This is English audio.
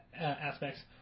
aspects